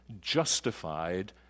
justified